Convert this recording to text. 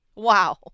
Wow